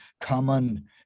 common